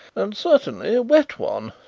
and certainly a wet one,